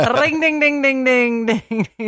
Ring-ding-ding-ding-ding-ding